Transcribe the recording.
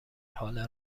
حال